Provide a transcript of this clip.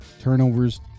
Turnovers